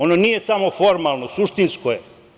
Ono nije samo formalno, suštinsko je.